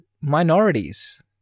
minorities